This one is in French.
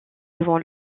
devant